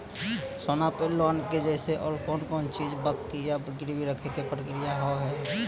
सोना पे लोन के जैसे और कौन कौन चीज बंकी या गिरवी रखे के प्रक्रिया हाव हाय?